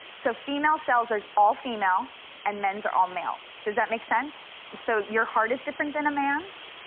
so female cells are all female and men's are all male. does that make sense? so your heart is different than a man's,